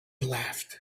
laughed